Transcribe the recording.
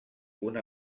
una